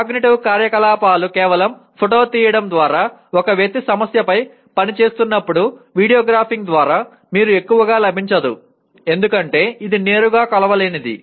cognitive కార్యకలాపాలు కేవలం photo తీయడం ద్వారా ఒక వ్యక్తి సమస్యపై పని చేస్తున్నప్పుడు వీడియో గ్రాఫింగ్ ద్వారా మీకు ఎక్కువగా లభించదు ఎందుకంటే ఇది నేరుగా కొలవలేనిది